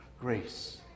grace